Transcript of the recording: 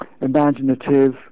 imaginative